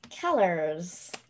colors